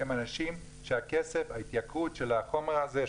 אלה אנשים שההתייקרות של החומר הזה,